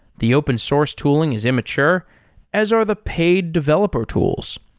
the open source tooling is immature as are the paid developer tools.